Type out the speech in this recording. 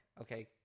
Okay